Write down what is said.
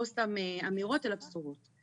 לא סתם אמירות, אלא בשורות.